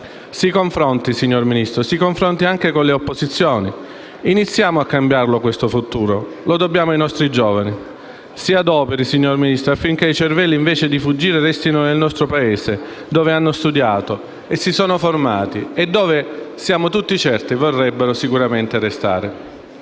Si confronti, signor Ministro, anche con le opposizioni. Iniziamo a cambiarlo, questo futuro, lo dobbiamo ai nostri giovani. Si adoperi, signor Ministro, affinché i cervelli, invece di fuggire, restino nel nostro Paese, dove hanno studiato, si sono formati e dove - ne siamo tutti certi - vorrebbero sicuramente restare.